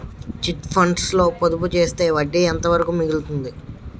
Chit funds లో పొదుపు చేస్తే వడ్డీ ఎంత వరకు మిగులుతుంది?